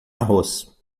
arroz